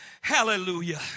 Hallelujah